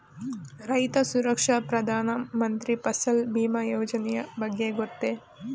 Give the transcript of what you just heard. ರೈತ ಸುರಕ್ಷಾ ಪ್ರಧಾನ ಮಂತ್ರಿ ಫಸಲ್ ಭೀಮ ಯೋಜನೆಯ ಬಗ್ಗೆ ಗೊತ್ತೇ?